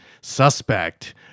suspect